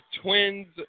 twins